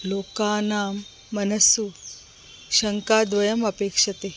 लोकानां मनस्सु शङ्काद्वयम् अपेक्ष्यते